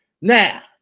Now